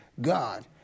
God